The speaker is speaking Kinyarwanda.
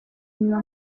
nyuma